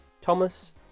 Thomas